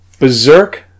Berserk